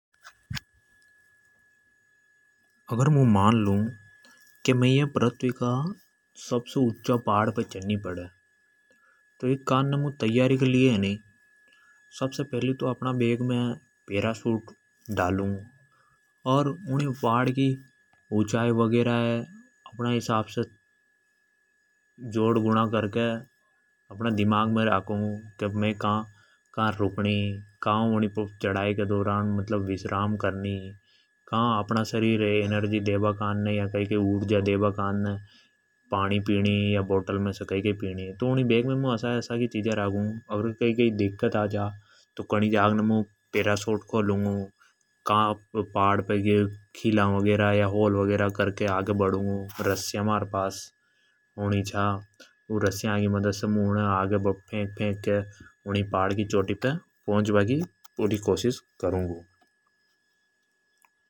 अगर मु मान लू की दुनिया का सबसे ऊँचा पहाड़ पे चढ़ नी। पड़े तो ई के कान ने मु सबसे फेलि महारा बेग में पेरासूट रखूंगु। अर उनी पहाड की ऊँचाई ये जोड़ गुना करके अपना दिमाग मे रखूँगो। की चढ़ाई के दौरान मे का रुकणी, का शरीर है ऊर्जा देबा कान ने पानी पीनी। तो बेग मे मु अण तरीका की चिजा राखुँगो। अर कदी दिक्कत आजा तो पेरासूट है खोलूँगो। का पे आगे बड़बा कान ने खिला गाडुनगो। अर रस्सियाँ मार पास होनी चा जन की मदद से मु पहाड़ के उपर चढ़बा की पूरी कोशिश करूगु।